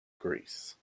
greece